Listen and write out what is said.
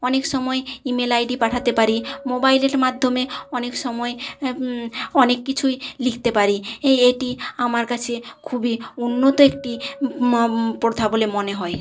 অনেক সময় email ID পাঠাতে পারি মোবাইলের মাধ্যমে অনেক সময় অনেক কিছুই লিখতে পারি এই এটি আমার কাছে খুবই উন্নত একটি প্রথা বলে মনে হয়